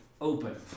Open